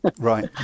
Right